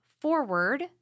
forward